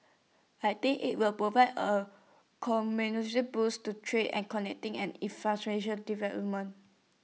I think IT will provide A boost to trade and infrastructure development